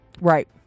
right